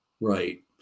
Right